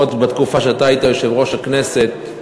עוד בתקופה שאתה היית יושב-ראש הכנסת,